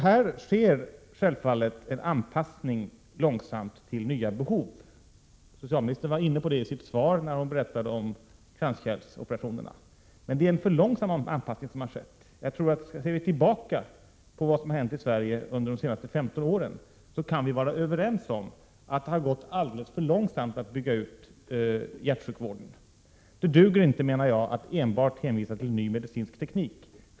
Här sker självfallet en långsam anpassning till nya behov. Socialministern var inne på det i sitt interpellationssvar, när hon berättade om kranskärlsoperationerna. Men det är en för långsam anpassning som har skett. Vi kan, om vi ser tillbaka på vad som har hänt i Sverige under de senaste 15 åren, vara överens om att det har gått alldeles för långsamt att bygga ut t.ex. hjärtsjukvården. Det duger inte att enbart hänvisa till ny medicinsk teknik.